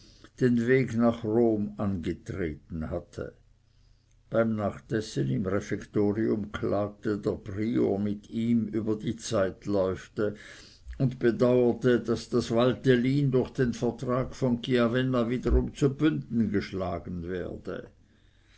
den weg nach rom angetreten hatte beim nachtessen im refektorium klagte der prior mit ihm über die zeitläufte und bedauerte daß das valtelin durch den vertrag von chiavenna wiederum zu bünden geschlagen werde